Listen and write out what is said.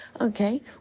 Okay